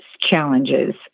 challenges